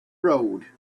road